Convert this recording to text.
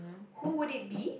who would it be